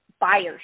buyer's